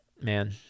Man